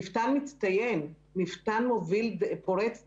מפתן מצטיין, מפתן פורץ דרך.